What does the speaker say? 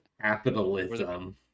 capitalism